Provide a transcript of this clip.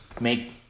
make